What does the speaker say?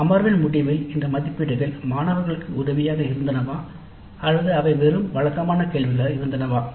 அமர்வின் முடிவில் இந்த மதிப்பீடுகள் மாணவர்களுக்கு உதவியாக இருந்தனவா அல்லது அவை வெறும் வழக்கமான கேள்விகளாக இருந்தனவா